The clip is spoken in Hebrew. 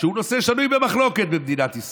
שהוא נושא שנוי במחלוקת במדינת ישראל,